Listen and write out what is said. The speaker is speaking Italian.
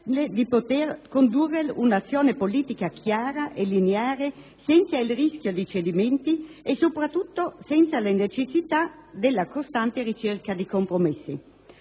di poter condurre un'azione politica chiara e lineare senza il rischio di cedimenti e, soprattutto, senza la necessità della costante ricerca di compromessi.